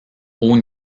haut